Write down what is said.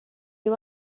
you